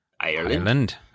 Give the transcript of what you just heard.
Ireland